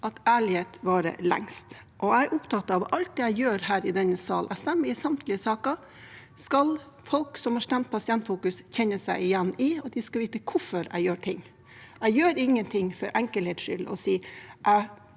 at ærlighet varer lengst. Jeg er opptatt av at alt det jeg gjør her i salen – jeg stemmer i samtlige saker – skal folk som har stemt Pasientfokus, kjenne seg igjen i. De skal vite hvorfor jeg gjør ting. Jeg gjør ingen ting for enkelhets skyld ved